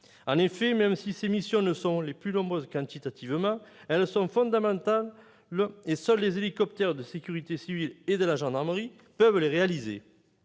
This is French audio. En effet, même si ces missions ne sont pas les plus nombreuses « quantitativement », elles sont fondamentales. Seuls les hélicoptères de la sécurité civile et de la gendarmerie peuvent les réaliser.